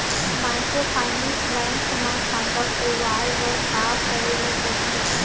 Microfinance bank म खाता खोलवाय बर का करे ल परही?